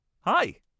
hi